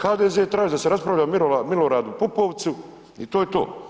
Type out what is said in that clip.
HDZ traži da se raspravlja o Miloradu Pupovcu i to je to.